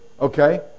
Okay